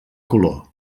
color